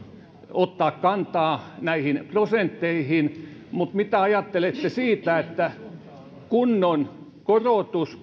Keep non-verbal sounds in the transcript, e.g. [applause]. ottaa kantaa näihin prosentteihin mutta mitä ajattelette siitä että kunnon korotus [unintelligible]